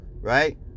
right